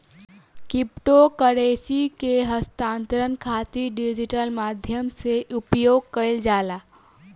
crypto currency के हस्तांतरण खातिर डिजिटल माध्यम से उपयोग कईल जाला